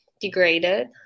degraded